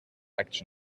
actions